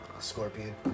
Scorpion